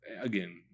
again